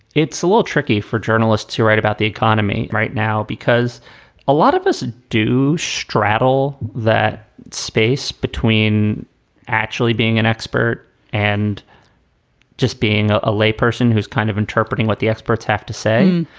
it's a little tricky for journalists who write about the economy right now because a lot of us and do straddle that space between actually being an expert and just being a lay person who's kind of interpreting what the experts have to say.